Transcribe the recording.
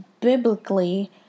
biblically